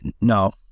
no